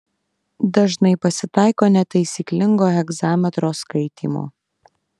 dažnai pasitaiko netaisyklingo hegzametro skaitymo